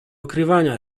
okrywania